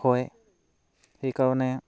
হয় সেইকাৰণে